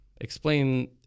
explain